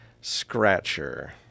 scratcher